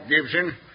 Gibson